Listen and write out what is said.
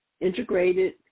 integrated